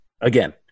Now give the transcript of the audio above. again